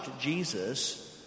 Jesus